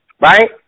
right